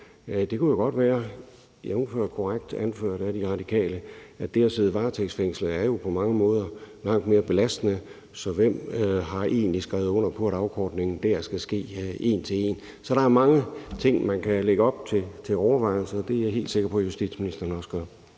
af De Radikale, at det at sidde varetægtsfængslet på mange måder er langt mere belastende, så hvem har egentlig skrevet under på, at afkortningen dér skal ske en til en? Så der er mange ting, man kan tage op til overvejelse, og det er jeg helt sikker på at justitsministeren også gør.